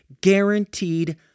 guaranteed